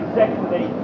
secondly